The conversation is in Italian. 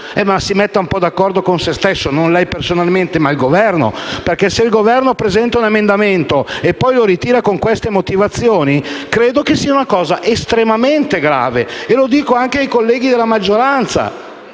si metta un po' d'accordo con se stesso; non mi riferisco a lei personalmente, ma al Governo. Se il Governo presenta un emendamento e poi lo ritira con queste motivazioni, credo che sia un fatto estremamente grave. E lo dico anche ai colleghi della maggioranza.